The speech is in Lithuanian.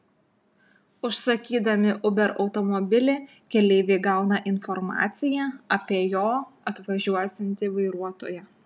užsakydami uber automobilį keleiviai gauna informaciją apie jo atvažiuosiantį vairuotoją